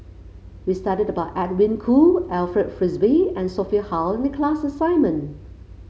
we studied about Edwin Koo Alfred Frisby and Sophia Hull in the class assignment